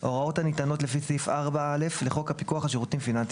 הוראות הניתנות לפי סעיף 4(א) לחוק הפיקוח על שירותים פיננסיים